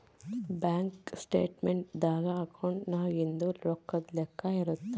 bank statement ದಾಗ ಅಕೌಂಟ್ನಾಗಿಂದು ರೊಕ್ಕದ್ ಲೆಕ್ಕ ಇರುತ್ತ